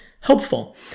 helpful